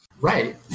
Right